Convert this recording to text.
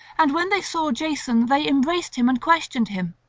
and when they saw jason they embraced him and questioned him.